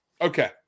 Okay